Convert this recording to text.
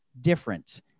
different